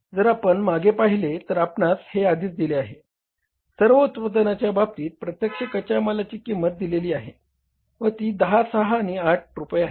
जर आपण मागे पहिले तर आपणास हे आधीच दिले आहे सर्व उत्पादनाच्या बाबतीत प्रत्यक्ष कच्या मालाची किंमत दिलेली आहे व ती 10 6 आणि 8 रुपये आहे